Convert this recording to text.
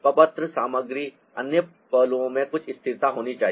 पपत्र सामग्री अन्य पहलुओं में कुछ स्थिरता होनी चाहिए